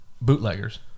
bootleggers